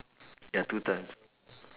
ya two time